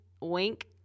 wink